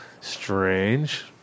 Strange